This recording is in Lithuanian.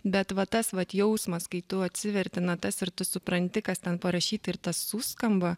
bet va tas vat jausmas kai tu atsiverti natas ir tu supranti kas ten parašyta ir tas suskamba